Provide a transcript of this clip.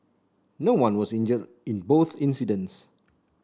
no one was injured in both incidents